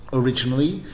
originally